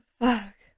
fuck